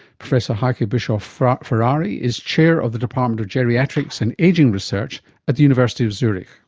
professor heike bischoff-ferrari is chair of the department of geriatrics and ageing research at the university of zurich.